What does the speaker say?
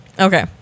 okay